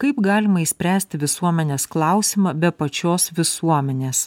kaip galima išspręsti visuomenės klausimą be pačios visuomenės